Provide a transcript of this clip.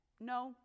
No